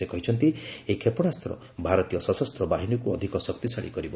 ସେ କହିଛନ୍ତି ଏହି କ୍ଷେପଣାସ୍ତ୍ର ଭାରତୀୟ ସଶସ୍ତ୍ର ବାହିନୀକୁ ଅଧିକ ଶକ୍ତିଶାଳୀ କରିବ